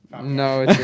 No